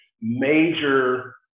Major